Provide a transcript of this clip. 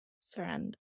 surrender